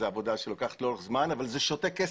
עבודה שלוקחת לאורך זמן אבל זה שותה כסף.